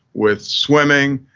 with swimming.